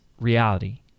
reality